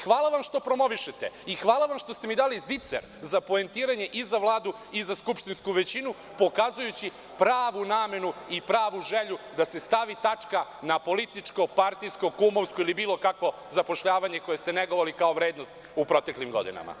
Hvala vam što promovišete i hvala vam što ste mi dali zicer za poentiranje i za Vladu i za skupštinsku većinu, pokazujući pravu namenu i pravu želju da se stavi tačka na političko, partijsko, kumovsko ili bilo kakvo zapošljavanje koje ste negovali kao vrednost u proteklim godinama.